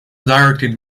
directed